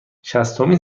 شصتمین